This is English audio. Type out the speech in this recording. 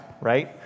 right